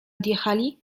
odjechali